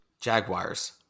Jaguars